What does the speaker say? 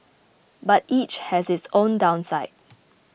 but each has its own downside